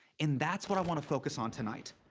and that's what i want to focus on tonight.